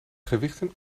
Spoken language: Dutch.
gewichten